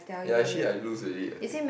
ya actually I lose already I think